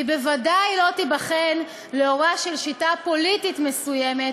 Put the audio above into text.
והיא בוודאי לא תיבחן לאורה של שיטה פוליטית מסוימת